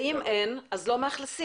אם אין, לא מאכלסים.